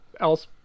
else